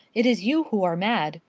it is you who are mad.